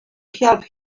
help